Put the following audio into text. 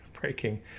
breaking